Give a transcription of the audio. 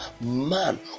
man